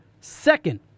second